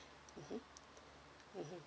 mmhmm mmhmm